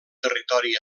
territori